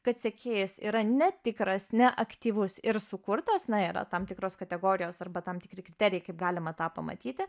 kad sekėjas yra netikras neaktyvus ir sukurtas na yra tam tikros kategorijos arba tam tikri kriterijai kaip galima tą pamatyti